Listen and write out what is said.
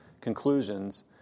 conclusions